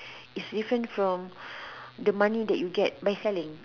is different from the money that you get by selling